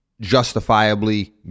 justifiably